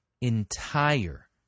entire